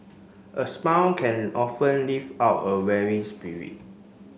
a smile can often lift up a weary spirit